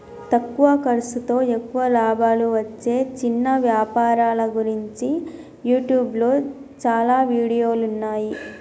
తక్కువ ఖర్సుతో ఎక్కువ లాభాలు వచ్చే చిన్న వ్యాపారాల గురించి యూట్యూబ్లో చాలా వీడియోలున్నయ్యి